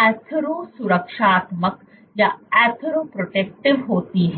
athero सुरक्षात्मक होती है